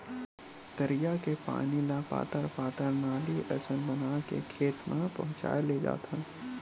तरिया के पानी ल पातर पातर नाली असन बना के खेत म पहुचाए लेजाथन